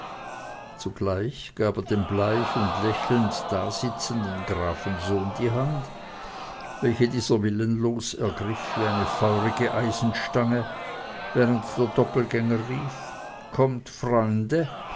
zugleich gab er dem bleich und lächelnd dasitzenden grafensohn die hand welche dieser willenlos ergriff wie eine feurige eisenstange während der doppelgänger rief kommt freunde